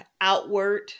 outward